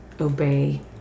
obey